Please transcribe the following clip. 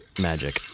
magic